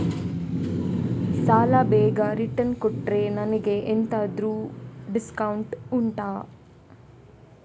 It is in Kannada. ಸಾಲ ಬೇಗ ರಿಟರ್ನ್ ಕೊಟ್ರೆ ನನಗೆ ಎಂತಾದ್ರೂ ಡಿಸ್ಕೌಂಟ್ ಉಂಟಾ